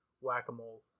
whack-a-mole